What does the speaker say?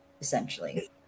essentially